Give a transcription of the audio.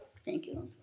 thank you.